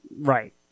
right